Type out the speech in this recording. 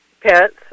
pets